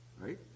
right